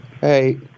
Hey